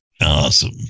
Awesome